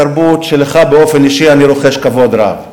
שלך באופן אישי אני רוחש כבוד רב,